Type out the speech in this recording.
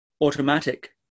automatic